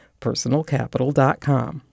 personalcapital.com